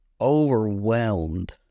overwhelmed